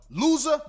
Loser